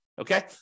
okay